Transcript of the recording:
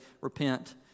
repent